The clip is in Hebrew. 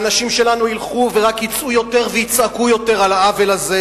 האנשים שלנו ילכו ורק יצאו יותר ויצעקו יותר על העוול הזה,